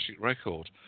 record